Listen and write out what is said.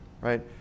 right